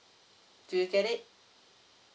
do you get it